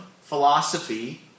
philosophy